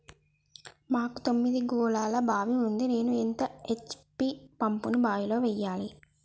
మాకు తొమ్మిది గోళాల బావి ఉంది నేను ఎంత హెచ్.పి పంపును బావిలో వెయ్యాలే?